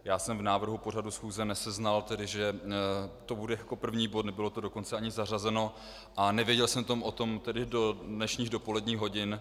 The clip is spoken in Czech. Já jsem v návrhu pořadu schůze neseznal, že to bude jako první bod, nebylo to dokonce ani zařazeno a nevěděl jsem o tom do dnešních dopoledních hodin.